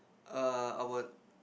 err I would